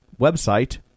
website